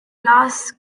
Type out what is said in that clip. lars